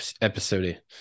episode